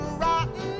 rotten